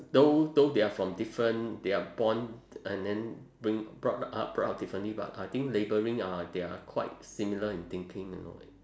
though though they are from different they are born and then bring brought up brought up differently but I think labelling uh they are quite similar in thinking in a way